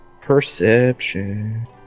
Perception